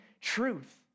truth